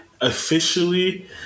officially